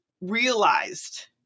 realized